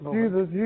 Jesus